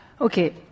Okay